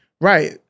Right